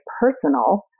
personal